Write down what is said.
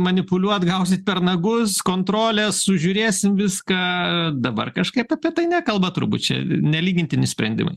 manipuliuot gausit per nagus kontrolė sužiūrėsim viską dabar kažkaip apie tai nekalba turbūt čia nelygintini sprendimai